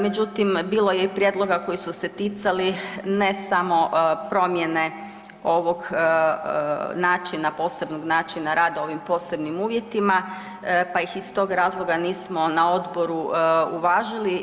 Međutim, bilo je i prijedloga koji su se ticali ne samo promjene ovog načina, posebnog načina rada u ovim posebnim uvjetima pa ih iz tog razloga nismo na odboru uvažili.